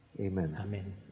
Amen